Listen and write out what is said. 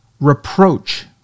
reproach